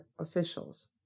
officials